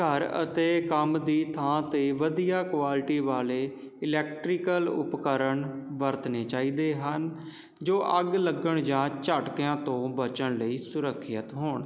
ਘਰ ਅਤੇ ਕੰਮ ਦੀ ਥਾਂ 'ਤੇ ਵਧੀਆ ਕੁਆਲਿਟੀ ਵਾਲੇ ਇਲੈਕਟਰੀਕਲ ਉਪਕਰਨ ਵਰਤਣੇ ਚਾਹੀਦੇ ਹਨ ਜੋ ਅੱਗ ਲੱਗਣ ਜਾਂ ਝਟਕਿਆਂ ਤੋਂ ਬਚਣ ਲਈ ਸੁਰੱਖਿਅਤ ਹੋਣ